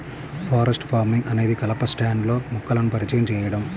forest farming అనేది కలప స్టాండ్లో మొక్కలను పరిచయం చేయడం